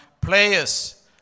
players